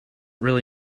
really